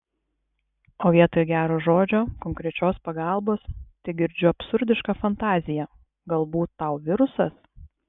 o vietoj gero žodžio konkrečios pagalbos tegirdžiu absurdišką fantaziją galbūt tau virusas